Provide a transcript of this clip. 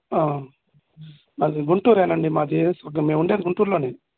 మాది గుంటూరు అండి మాది మేము ఉండేది గుంటూరులోనే